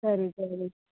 ಸರಿ ಸರಿ